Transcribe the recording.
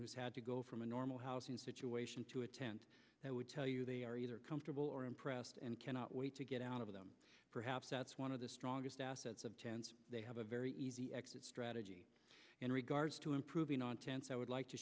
who's had to go from a normal housing situation to a tent that would tell you they are either comfortable or impressed and cannot wait to get out of them perhaps that's one of the strongest assets of chance they have a very easy exit strategy in regards to improving on tense i would like to